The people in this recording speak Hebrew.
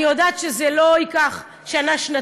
אני יודעת שזה לא ייקח שנה-שנתיים,